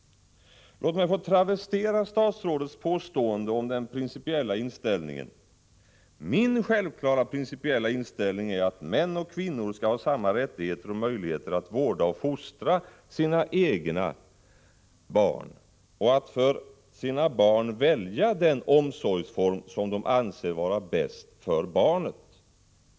Låt mig få travestera statsrådets påstående om den principiella inställningen: Min självklara principiella inställning är att män och kvinnor skall ha samma rättigheter och möjligheter att vårda och fostra sina egna barn och att för sina barn välja den omsorgsform som de anser vara bäst för barnet.